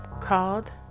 called